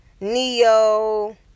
Neo